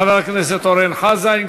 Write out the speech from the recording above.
תודה לחבר הכנסת אורן חזן.